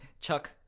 chuck